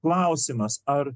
klausimas ar